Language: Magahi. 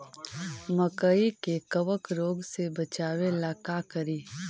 मकई के कबक रोग से बचाबे ला का करि?